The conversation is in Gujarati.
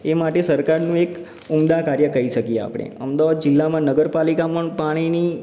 એ માટે સરકારનું એક ઉમદા કાર્ય કહી શકીએ આપણે અમદાવાદ જિલ્લામાં નગરપાલિકા પણ પાણીની